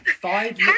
Five